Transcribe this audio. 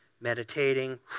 meditating